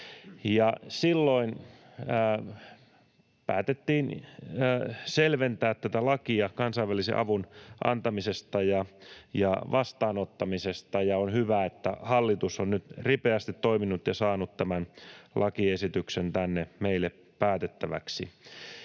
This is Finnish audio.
Silloin päätettiin selventää tätä lakia kansainvälisen avun antamisesta ja vastaanottamisesta, ja on hyvä, että hallitus on nyt ripeästi toiminut ja saanut tämän lakiesityksen tänne meille päätettäväksi.